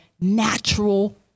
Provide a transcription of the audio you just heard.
natural